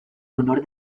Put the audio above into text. honor